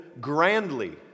grandly